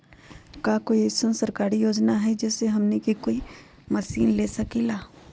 का कोई अइसन सरकारी योजना है जै से हमनी कोई मशीन ले सकीं ला?